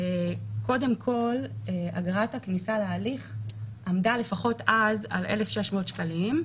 קודם כל אגרת הכניסה להליך עמדה לפחות אז על 1,600 שקלים,